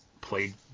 played